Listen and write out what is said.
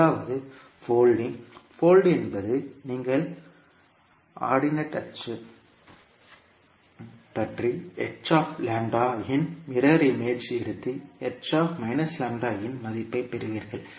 முதலாவது folding fold என்பது நீங்கள் ஆர்டினேட் அச்சு பற்றி இன் மிரர் இமேஜ் எடுத்து இன் மதிப்பைப் பெறுவீர்கள்